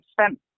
spent